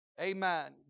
Amen